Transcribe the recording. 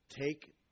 take